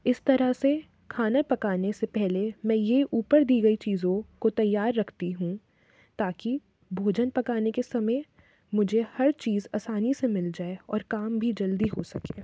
इस तरह से खाना पकाने से पहले मैं ये ऊपर दी गई चीज़ों को तैयार रखती हूँ ताकि भोजन पकाने के समय मुझे हर चीज़ असानी से मिल जाए और काम भी जल्दी हो सके